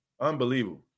Unbelievable